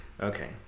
Okay